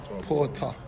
Porter